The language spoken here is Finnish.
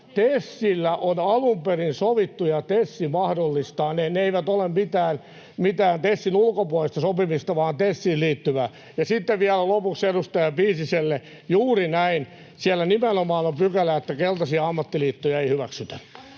TESillä on alun perin sovittu ja TES mahdollistaa. Ne eivät ole mitään TESin ulkopuolista sopimista vaan TESiin liittyvää. Ja sitten vielä lopuksi edustaja Piisiselle: juuri näin, siellä nimenomaan on pykälä, että keltaisia ammattiliittoja ei hyväksytä.